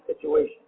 situation